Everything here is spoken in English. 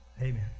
Amen